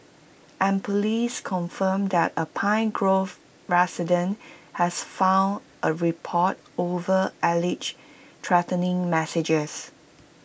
and Police confirmed that A pine grove resident has filed A report over alleged threatening messages